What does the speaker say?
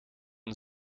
een